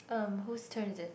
um whose turn is it